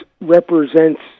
represents